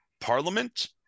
parliament